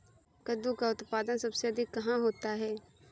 कद्दू का उत्पादन सबसे अधिक कहाँ होता है?